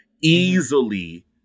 easily